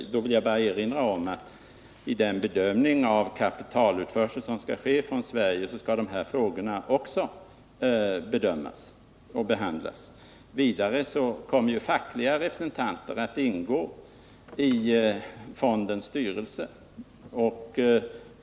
Jag vill då bara erinra om att i den bedömning av kapitalutförseln från Sverige som skall ske ingår en bedömning även av dessa frågor. Vidare kommer ju fackliga representanter att ingå i fondens styrelse.